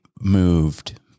moved